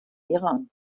iran